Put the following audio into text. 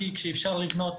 כי כשאפשר לבנות